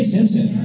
Simpson